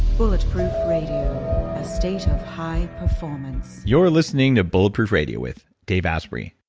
bulletproof radio, a state of high performance you're listening to bulletproof radio with dave asprey.